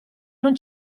non